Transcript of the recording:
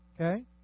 Okay